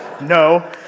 No